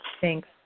Thanks